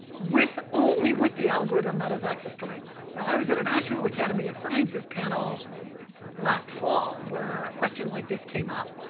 only with the algorithm that has access to race. now, i was at a national academy of sciences panel last fall where a question like this came up,